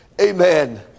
Amen